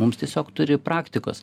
mums tiesiog turi praktikos